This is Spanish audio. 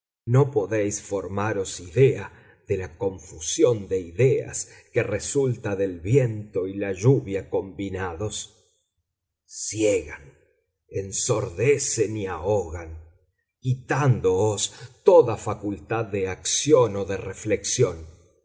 no podéis formaros idea de la confusión de ideas que resulta del viento y la lluvia combinados ciegan ensordecen y ahogan quitándoos toda facultad de acción o de reflexión